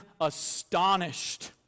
astonished